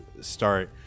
start